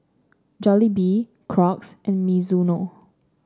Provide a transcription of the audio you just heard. Jollibee Crocs and Mizuno